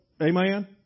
amen